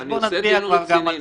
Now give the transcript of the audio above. אז בוא נצביע גם על זה.